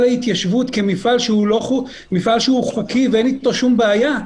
ההתיישבות כמפעל חוקי שאין אתו כל בעיה,